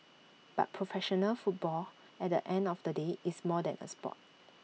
but professional football at the end of the day is more than A Sport